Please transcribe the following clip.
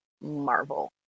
Marvel